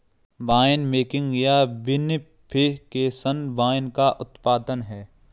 winemaking या vinification wine का उत्पादन है